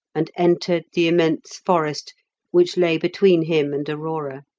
and entered the immense forest which lay between him and aurora.